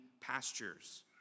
pastures